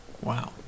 Wow